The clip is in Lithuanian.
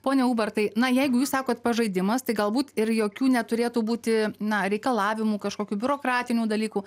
pone ubertai na jeigu jūs sakot pažaidimas tai galbūt ir jokių neturėtų būti na reikalavimų kažkokių biurokratinių dalykų